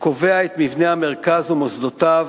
קובע את מבנה המרכז ומוסדותיו,